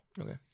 Okay